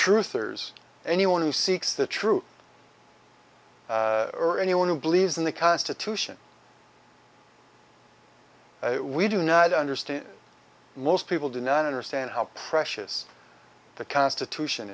truth there's anyone who seeks the truth or anyone who believes in the constitution we do know that understand most people do not understand how precious the constitution